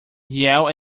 yell